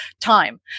time